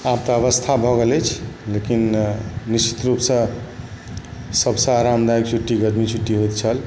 आब तऽ अबस्था भऽ गेल अछि लेकिन निश्चित रूपसॅं सबसॅं आरामदायक छुट्टी गरमी छुट्टी होइत छल